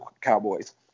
Cowboys